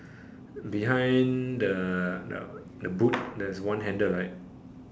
behind the the the boot there's one handle right